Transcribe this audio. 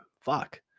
Fuck